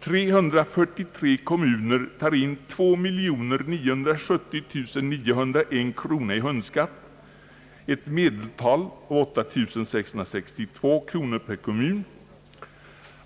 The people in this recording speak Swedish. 343 kommuner tar in 2 970 901 kronor i hundskatt, ett medeltal av 8662 kronor per kommun.